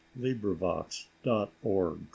librivox.org